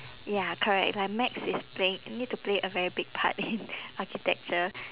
ya correct like max is playing you need to play a very big part in architecture